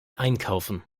einkaufen